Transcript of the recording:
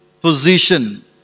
position